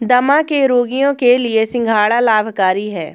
दमा के रोगियों के लिए सिंघाड़ा लाभकारी है